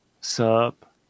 Sup